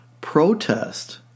Protest